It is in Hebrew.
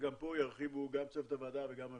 גם פה ירחיבו גם צוות הוועדה וגם הממ"מ.